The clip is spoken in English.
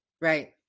Right